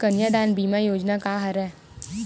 कन्यादान बीमा योजना का हरय?